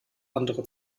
andere